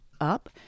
up